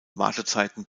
wartezeiten